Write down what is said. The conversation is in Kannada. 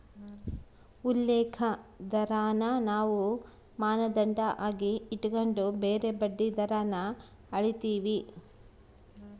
ಉಲ್ಲೇಖ ದರಾನ ನಾವು ಮಾನದಂಡ ಆಗಿ ಇಟಗಂಡು ಬ್ಯಾರೆ ಬಡ್ಡಿ ದರಾನ ಅಳೀತೀವಿ